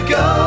go